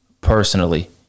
personally